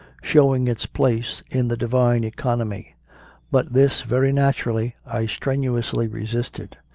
show ing its place in the divine economy but this, very naturally, i strenuously resisted.